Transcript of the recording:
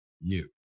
new